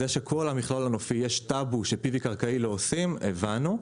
זה שבכל המכלול הנופי יש טאבו ש-PV קרקעי לא עושים הבנו.